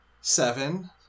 seven